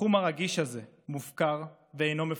התחום הרגיש הזה מופקר ואינו מפוקח.